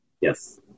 Yes